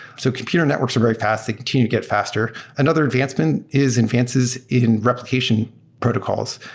so computer networks are very fast. they continue to get faster. another advancement is advances in replication protocols.